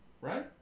right